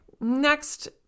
next